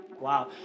wow